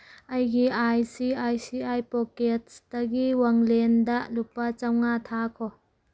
ꯑꯩꯒꯤ I C I C I ꯄꯣꯀꯦꯠꯁꯇꯒꯤ ꯋꯥꯡꯂꯦꯟꯗ ꯂꯨꯄꯥ ꯆꯃꯉꯥ ꯊꯥꯈꯣ